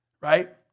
right